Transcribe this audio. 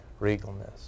regalness